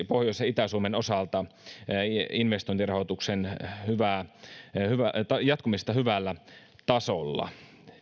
pohjois ja itä suomen osalta investointirahoituksen jatkumista hyvällä tasolla